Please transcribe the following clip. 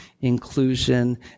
inclusion